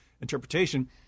interpretation